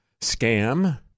scam